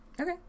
Okay